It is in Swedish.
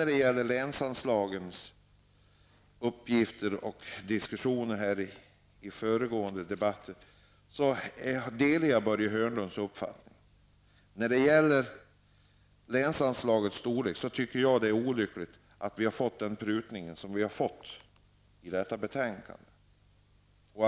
När det gäller länsanslagens storlek delar jag Börje Hörnlunds uppfattning. Jag tycker att den prutning som föreslås i betänkandet är olycklig, och jag beklagar